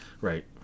right